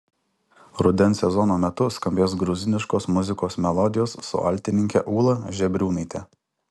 rudens sezono metu skambės gruziniškos muzikos melodijos su altininke ūla žebriūnaite